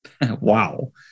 Wow